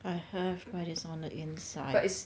I have but it's on the inside